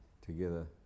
together